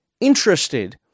interested